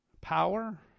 power